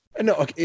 No